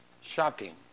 shopping